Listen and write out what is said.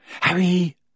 Harry